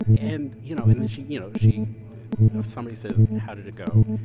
and, you know, and then she, you know, she somebody says, how did it go?